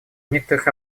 некоторых